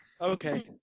Okay